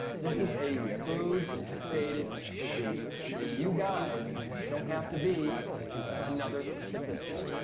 this is a food created disease and you guys don't have to be another statistic.